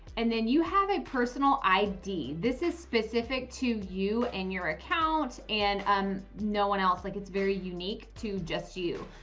and then you have a personal id this is specific to you and your account and um no one else like it's very unique to just you.